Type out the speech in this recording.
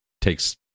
takes